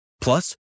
Plus